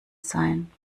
sein